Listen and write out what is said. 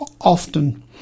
often